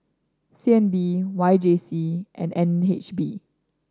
C N B Y J C and N H B